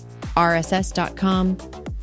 RSS.com